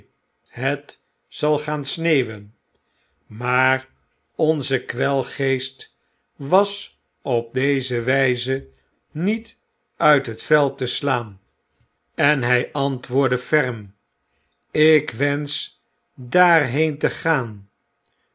het zal gaan sneeuwen i maar onze kwelgeest was op deze wyze niet uit het veld te slaan en hy antwoordde ferm ik wensch daarheen te gaan